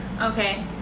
Okay